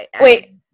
wait